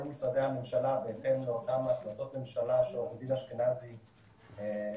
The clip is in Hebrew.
משרדי הממשלה בהתאם לאותם החלטות ממשלה משנת 2015 שעורך הדין אשכנזי ציין.